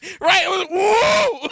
right